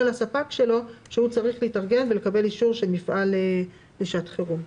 לספק שלו שהוא צריך להתארגן ולקבל אישור של מפעל לשעת חירום.